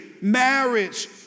marriage